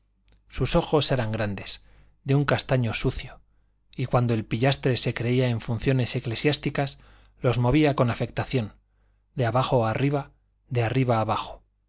sus ojos eran grandes de un castaño sucio y cuando el pillastre se creía en funciones eclesiásticas los movía con afectación de abajo arriba de arriba abajo